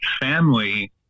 family